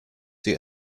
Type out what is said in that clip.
sie